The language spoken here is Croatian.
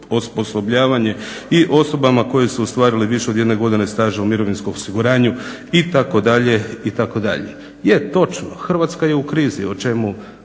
osposobljavanje i osobama koje su ostvarile više od jedne godine staža u mirovinskom osiguranju itd.